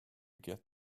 get